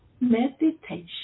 meditation